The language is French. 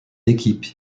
équipe